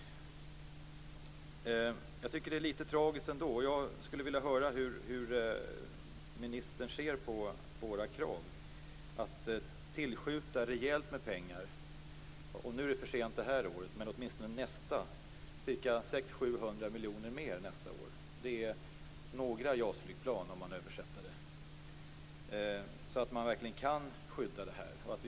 Jag tycker att detta är litet tragiskt. Jag skulle vilja höra hur ministern ser på Miljöpartiets krav på att tillskjuta rejält med pengar. Det är för sent för det här året, men åtminstone nästa år borde man tillskjuta ca 600-700 miljarder mer. Det är några JAS-flygplan om man översätter det. Då skulle man verkligen kunna skydda skogen.